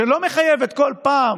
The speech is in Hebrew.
שלא מחייבת כל פעם,